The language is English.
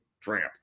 tramp